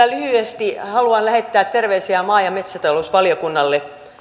lyhyesti haluan lähettää terveisiä maa ja metsätalousvaliokunnalle